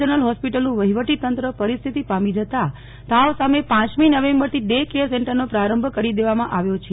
general હોસ્પિટલનું વહીવટીતંત્ર પરિસ્થિતિ પામી જતા તાવ સામે પમી નવેમ્બરથી ડે કેર સેન્ટરન પ્રારંભ કરી દેવામાં આવ્યો છે